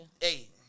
Hey